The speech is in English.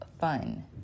fun